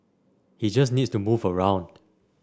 he just needs to move around